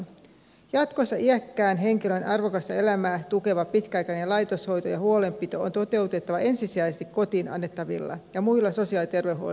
jatkossa iäkkään henkilön arvokasta elämää tukeva pitkäaikainen laitoshoito ja huolenpito on toteutettava ensisijaisesti kotiin annettavilla ja muilla sosiaali ja terveydenhuollon avopalveluilla